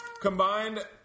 combined